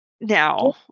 now